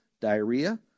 diarrhea